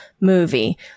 movie